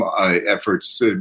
efforts